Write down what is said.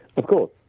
of course.